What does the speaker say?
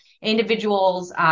individuals